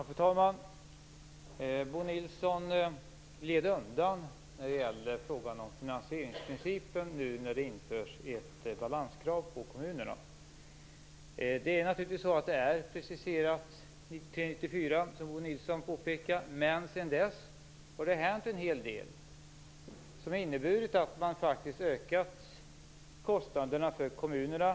Fru talman! Bo Nilsson gled undan frågan om hur finansieringsprincipen skall fungera nu när det ställs balanskrav på kommunerna. 1993-1994, men sedan dess har det hänt en hel del som har inneburit att man faktiskt ökat kostnaderna för kommunerna.